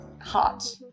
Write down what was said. Hot